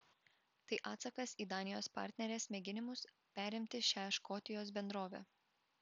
tai atsakas į danijos partnerės mėginimus perimti šią škotijos bendrovę